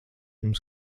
jums